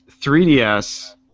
3DS